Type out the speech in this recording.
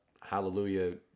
Hallelujah